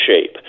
shape